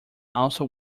also